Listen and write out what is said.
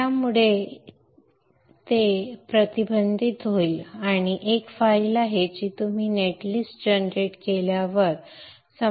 त्यामुळे ते येथे प्रतिबिंबित होईल आणि ही एक फाईल आहे जी तुम्ही नेट लिस्ट जनरेट केल्यावर समाविष्ट केली जाईल